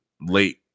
late